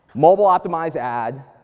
mobile optimized ad,